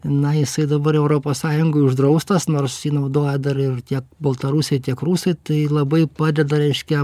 na jisai dabar europos sąjungoj uždraustas nors jį naudoja dar ir tiek baltarusiai tiek rusai tai labai padeda reiškia